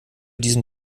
diesem